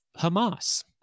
Hamas